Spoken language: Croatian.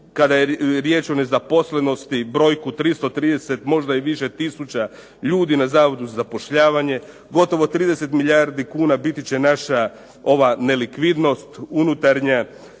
kada je riječ o nezaposlenosti brojku 330 možda i više tisuća ljudi na Zavodu za zapošljavanje. Gotovo 30 milijardi kuna biti će naša nelikvidnost unutarnja.